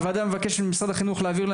הוועדה מבקשת ממשרד החינוך להעביר לה